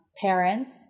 parents